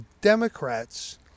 Democrats